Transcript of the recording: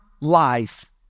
life